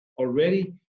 already